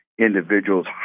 individuals